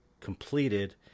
completed